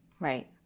Right